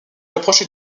approchait